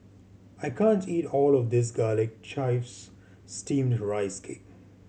I can't eat all of this Garlic Chives Steamed Rice Cake